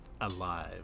alive